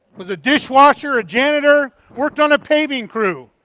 was a dishwasher, a janitor, worked on a paving crew.